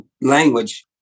language